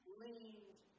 leaned